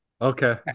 okay